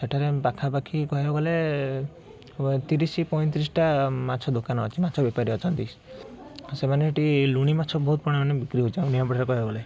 ସେଠାରେ ପାଖାପାଖି କହିଆକୁ ଗଲେ ତିରିଶି ପୈଁତିରିଶଟା ମାଛ ଦୋକାନ ଅଛି ମାଛ ବେପାରୀ ଅଛନ୍ତି ସେମାନେ ସେଇଠି ଲୁଣି ମାଛ ବହୁତ ପରିମାଣରେ ବିକ୍ରି କରାଯାଉଛି ଆମ ନିମାପଡ଼ାରେ କହିବାକୁ ଗଲେ